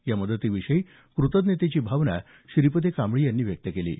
या मदतीविषयी कृतज्ञतेच्या भावना श्रीपती कांबळे यांनी व्यक्त केल्या आहेत